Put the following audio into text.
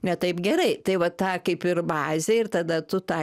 ne taip gerai tai va ta kaip ir bazė ir tada tu tą